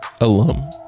alum